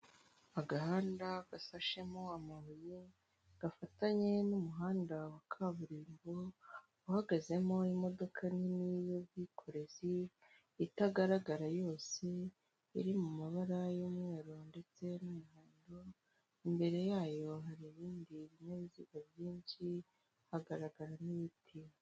Agahanda gasashemo amabuye gafatanye n'umuhanda wa kaburimbo, uhagazemo imodoka nini y'ubwikorezi itagaragara yose iri mu mabara y'umweru, ndetse n'umuhondo imbere yayo hari ibindi binyabiziga byinshi hagaragara n'ibiti.